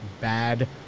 bad